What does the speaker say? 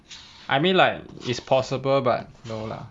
I mean like is possible but no lah